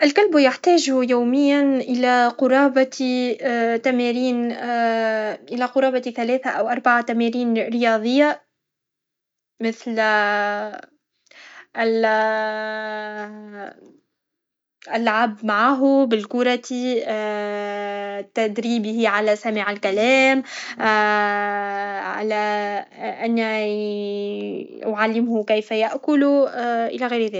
الكلب يحتاج يوميا الى قرابة تمارين الى قرابة ثلاثه او اربع تمارين رياضية مثل العب معه بالكرة تدريبه على سماع الكلام على ان اعلمه كيف ياكل الى غير ذلك